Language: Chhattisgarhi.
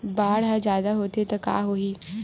बाढ़ ह जादा होथे त का होही?